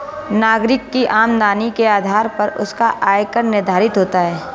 नागरिक की आमदनी के आधार पर उसका आय कर निर्धारित होता है